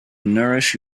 nourish